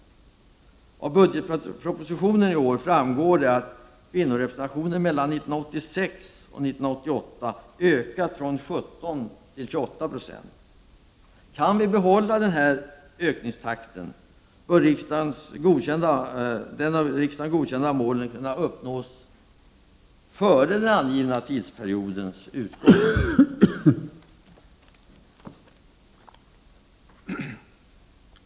Av årets budgetproposition framgår att kvinnorepresentationen mellan 1986 och 1988 har ökat från 17 9 till 28 96. Kan vi behålla denna ökningstakt bör de av riksdagen godkända målen vara uppnådda före de angivna tidsperiodernas utgång.